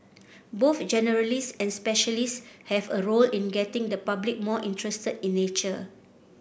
both generalists and specialists have a role in getting the public more interested in nature